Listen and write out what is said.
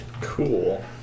Cool